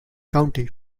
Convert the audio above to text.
county